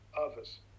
others